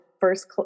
first